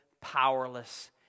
powerless